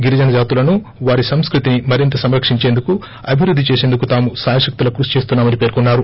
గిరిజన జాతులెను వారి సంస్కృతిని మరింత సంరక్షించేందుకు అభివృద్ధి చేసేందుకు తమ శాయశక్తులా కృషి చేస్తున్నా మని పేర్కొన్నారు